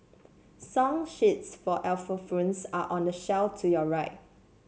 song sheets for xylophones are on the shelf to your right